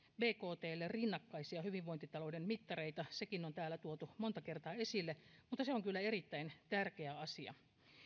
bktlle rinnakkaisia hyvinvointitalouden mittareita sekin on täällä tuotu monta kertaa esille ja se on kyllä erittäin tärkeä asia